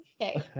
Okay